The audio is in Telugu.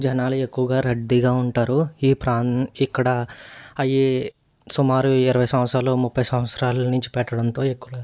జనాలు ఎక్కువగా రద్దీగా ఉంటారు ఈ ప్రాన్ ఇక్కడ అవి సుమారు ఇరవై సంవత్సరాలు ముప్పై సంవత్సరాల నుంచి పెట్టడంతో ఎక్కువ